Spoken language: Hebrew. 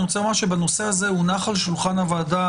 הנושא הזה הונח על שולחן הוועדה,